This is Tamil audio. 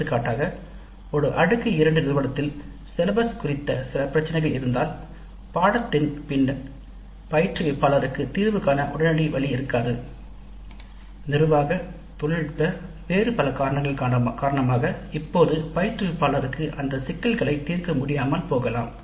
எடுத்துக்காட்டாக ஒரு அடுக்கு2 நிறுவனத்தில் சிலபஸ் குறித்த சில பிரச்சினைகள் இருந்தால் பாடத்திட்டத்தின் பின்னர் பயிற்றுவிப்பாளருக்கு தீர்வு காண உடனடி வழி இருக்காது நிர்வாக தொழில்நுட்ப வேறு பல காரணங்கள் காரணமாக இப்போது பயிற்றுவிப்பாளருக்கு அந்த சிக்கல்களை தீர்க்க முடியாமல் போகலாம்